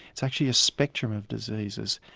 it's actually a spectrum of diseases.